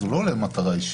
אז הוא לא למטרה אישית.